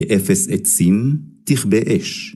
אפס עצים, תכבה אש.